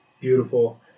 beautiful